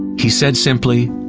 he said simply,